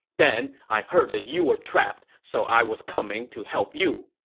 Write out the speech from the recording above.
then, i heard you were trapped, so i was coming to help you.